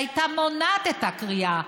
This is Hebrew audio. שהייתה מונעת את הכרייה,